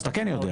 אז אתה כן יודע.